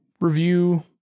review